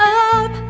up